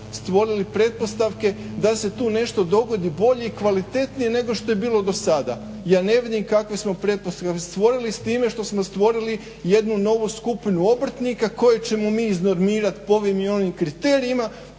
stvorili pretpostavke da se tu nešto dogodi bolje i kvalitetnije nego što je bilo do sada. Ja ne vidim kakve smo pretpostavke stvorili s time što smo stvorili jednu novu skupinu obrtnika koje ćemo mi iznormirati po ovim i onim kriterijima,